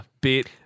bit